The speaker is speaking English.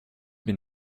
been